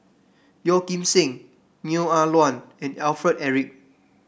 Yeo Kim Seng Neo Ah Luan and Alfred Eric